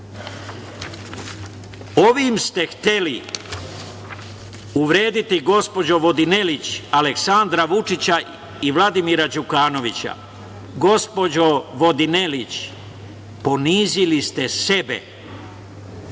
ste hteli uvrediti gospođo Vodinelić Aleksandra Vučića i Vladimira Đukanovića. Gospođo Vodinelić, ponizili ste sebe,